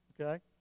okay